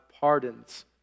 pardons